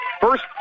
first